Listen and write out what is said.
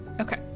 Okay